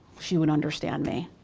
she would understand me.